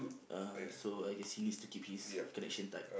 uh so I guess you needs to keep his connection tight